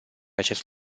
acest